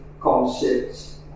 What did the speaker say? concepts